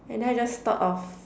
and I just thought of